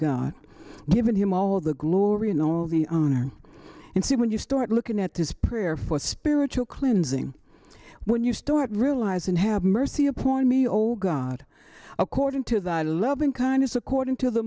god given him all the glory and all the honor and see when you start looking at this prayer for spiritual cleansing when you start realize and have mercy upon me old god according to that a loving kindness according to the